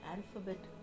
Alphabet